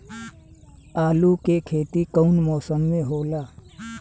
आलू के खेती कउन मौसम में होला?